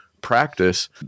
practice